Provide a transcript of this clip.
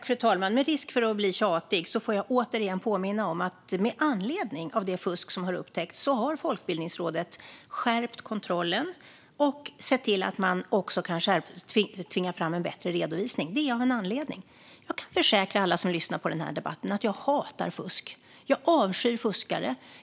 Fru talman! Med risk för att bli tjatig får jag åter påminna om att med anledning av det fusk som upptäckts har Folkbildningsrådet skärpt kontrollen och sett till att man kan tvinga fram en bättre redovisning. Jag kan försäkra alla som lyssnar på denna debatt att jag hatar fusk och avskyr fuskare.